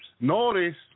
Notice